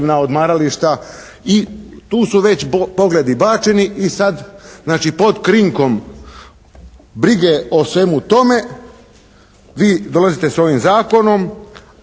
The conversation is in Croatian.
odmarališta. I tu su već pogledi bačeni i sad, znači pod krinkom brige o svemu tome vi dolazite s ovim zakonom